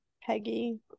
peggy